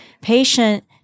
patient